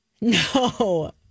No